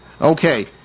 Okay